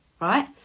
right